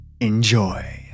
Enjoy